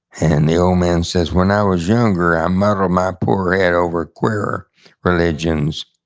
and the old man says, when i was younger i muddled my poor head over queerer religions,